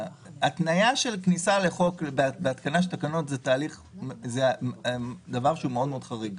התניה של כניסה לתוקף של חוק בהתקנה של תקנות זה דבר שהוא מאוד חריג.